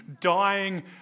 dying